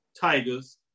Tigers